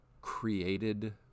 created